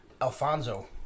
Alfonso